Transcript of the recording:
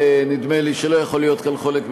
נדמה לי שלא יכול להיות כאן חולק,